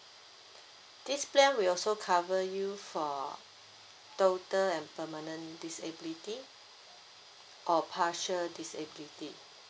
this plan will also cover you for total and permanent disability or partial disability